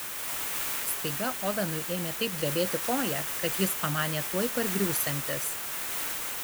staiga ovenui ėmė taip drebėti koja kad jis pamanė tuoj pargriūsiantis